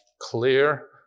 clear